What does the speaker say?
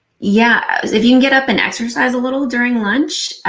yeah if you can get up and exercise a little during lunch,